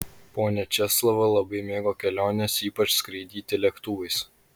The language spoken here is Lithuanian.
ponia česlava labai mėgo keliones ypač skraidyti lėktuvais